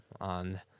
on